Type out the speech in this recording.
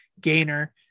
gainer